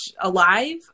alive